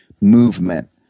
movement